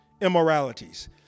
immoralities